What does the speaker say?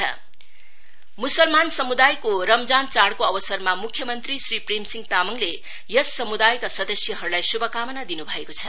CM message मुसलमान समुदायको रमजान चाढ़को अवसरमा मुख्य मंत्री श्री प्रेम सिंह तामाङले यस समुदायका सदस्यहरुलाई शुभकामना दिनु भएको छ